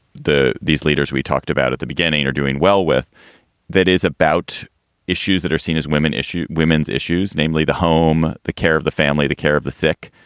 the these leaders we talked about at the beginning are doing well with that is about issues that are seen as women issue women's issues, namely the home care of the family, the care of the sick,